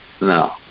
no